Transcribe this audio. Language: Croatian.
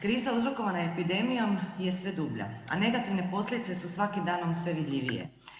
Kriza uzrokovana epidemijom je sve dublja, a negativne posljedice su svakim danom sve vidljivije.